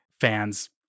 fans